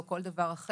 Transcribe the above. המוגבלות.